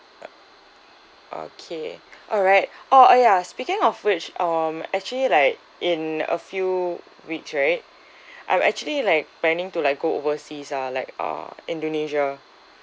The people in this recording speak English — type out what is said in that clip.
okay alright oh oh ya speaking of which um actually like in a few weeks right I'm actually like planning to like go overseas ah like uh indonesia